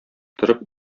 торып